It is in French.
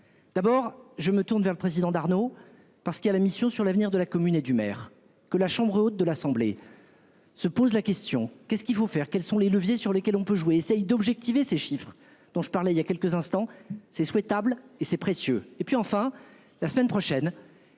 D'abord je me tourne vers le président d'Arnaud parce qu'il y a la mission sur l'avenir de la commune et du maire que la chambre haute de l'Assemblée. Se pose la question, qu'est-ce qu'il faut faire, quels sont les leviers sur lesquels on peut jouer essaye d'objectiver ces chiffres dont je parlais il y a quelques instants, c'est souhaitable et c'est précieux. Et puis enfin la semaine prochaine.